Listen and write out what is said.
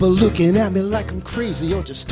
lookin at me like i'm crazy or just